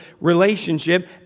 relationship